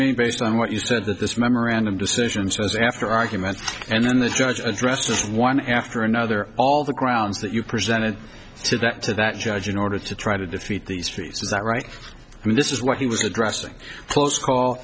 me based on what you said that this memorandum decision says after arguments and then the judge addresses one after another all the grounds that you presented to that to that judge in order to try to defeat these fees is that right and this is what he was addressing close call